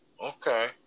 Okay